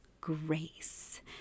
grace